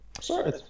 Sure